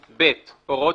גברתי, את צודקת.